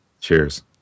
Cheers